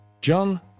John